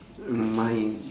uh my